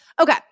Okay